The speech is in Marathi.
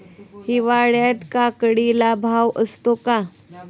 हिवाळ्यात काकडीला भाव असतो का?